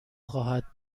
خواهد